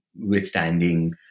withstanding